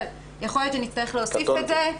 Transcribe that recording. אבל יכול להיות שנצטרך להוסיף את זה.